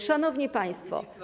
Szanowni Państwo!